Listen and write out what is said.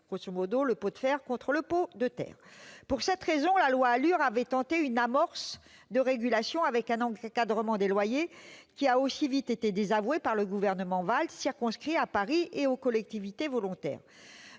C'est le pot de fer contre le pot de terre ! Pour cette raison, la loi ALUR avait tenté une amorce de régulation avec un encadrement des loyers, qui a aussi vite été désavoué par le gouvernement Valls, circonscrit à Paris et aux collectivités volontaires.